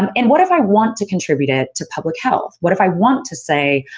um and, what if i want to contribute it to public health? what if i want to say,